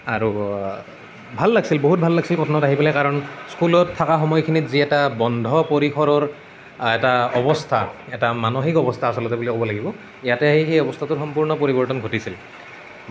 আৰু ভাল লাগিছিল কটনত আহি পেলাই কাৰণ স্কুলত থকা সময়খিনি যি এটা বন্ধ পৰিসৰৰ এটা অৱস্থা এটা মানসিক অৱস্থা আচলতে বুলি ক'ব লাগিব ইয়াতে আহি সেই অৱস্থাটোৰ সম্পূৰ্ণ পৰিৱৰ্তন ঘটিছিল